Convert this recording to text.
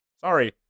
Sorry